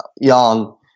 young